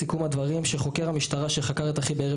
סיכום הדברים הוא מה שחוקר המשטרה שחקר את אחי בערב